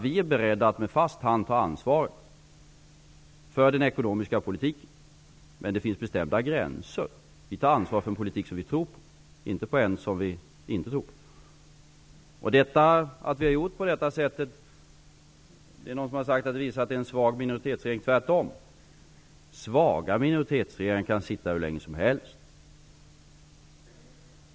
Vi är beredda att med fast hand ta ansvaret för den ekonomiska politiken, men det finns bestämda gränser. Vi tar ansvar för en politik som vi tror på, inte för en politik som vi inte tror på. När vi nu har gjort på det här sättet har några sagt att vi har visat att vi är en svag minoritetsregering. Tvärtom, svaga minoritetsregeringar kan sitta hur länge som helst.